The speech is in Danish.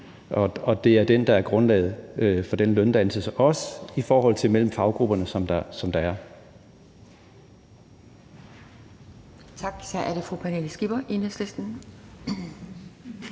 og det er den, der er grundlaget for den løndannelse også mellem faggrupperne, som der er.